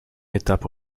étape